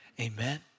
Amen